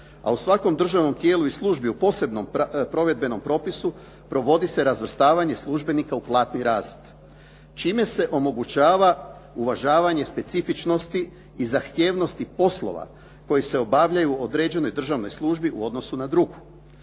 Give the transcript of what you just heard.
a u svakom državnom tijelu i službi u posebnom provedbenom propisu provodi se razvrstavanje službenika u platni razred čime se omogućava uvažavanje specifičnosti i zahtjevnosti poslova koji se obavljaju u određenoj državnoj službi u odnosu na drugu.